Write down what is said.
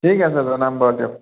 ঠিক আছে দিয়ক